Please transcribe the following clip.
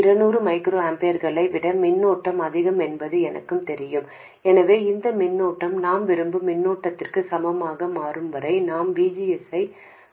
200 micro ஆம்பியர்களை விட மின்னோட்டம் அதிகம் என்பது எனக்குத் தெரியும் எனவே இந்த மின்னோட்டம் நான் விரும்பும் மின்னோட்டத்திற்குச் சமமாக மாறும் வரை நான் V G S ஐக் குறைக்க வேண்டும்